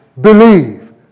believe